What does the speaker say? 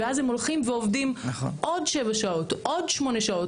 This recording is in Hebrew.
ואז הם הולכים ועובדים עוד 7 שעות, עוד 8 שעות.